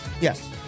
Yes